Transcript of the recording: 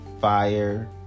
fire